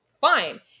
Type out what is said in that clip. fine